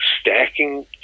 stacking